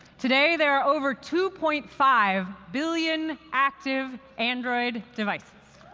today, there are over two point five billion active android devices.